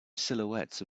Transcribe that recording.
silhouettes